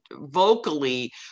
vocally